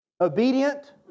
obedient